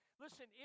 Listen